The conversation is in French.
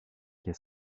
quai